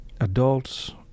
adults